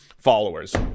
Followers